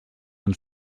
ens